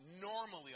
normally